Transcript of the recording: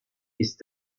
ist